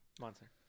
Monster